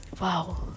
wow